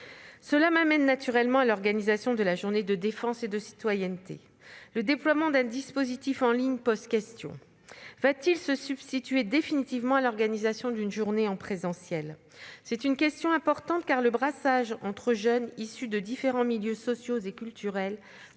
Cela m'amène naturellement à l'organisation de la Journée défense et citoyenneté. Le déploiement d'un dispositif en ligne pose question : va-t-il se substituer définitivement à l'organisation d'une journée en présentiel ? C'est une question importante, car le brassage entre jeunes issus de différents milieux sociaux et culturels